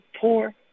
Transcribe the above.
poor